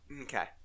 okay